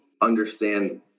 understand